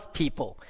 people